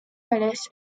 artists